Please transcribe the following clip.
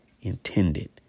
intended